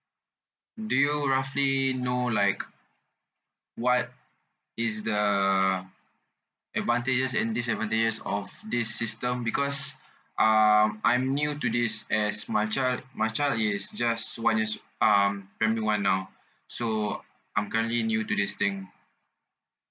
do you roughly know like what is the advantages and disadvantages of this system because um I'm new to this as my child my child is just one years um primary one now so I'm currently new to this thing